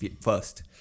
first